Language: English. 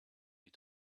you